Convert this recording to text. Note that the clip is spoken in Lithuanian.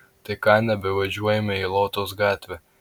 tai ką nebevažiuojame į lotos gatvę